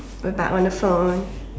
we're back on the phone